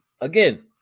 again